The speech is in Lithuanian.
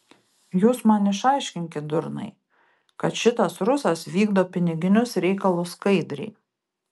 jūs man išaiškinkit durnai kad šitas rusas vykdo piniginius reikalus skaidriai